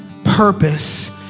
purpose